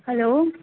hello